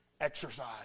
exercise